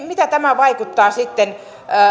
miten tämä vaikuttaa sitten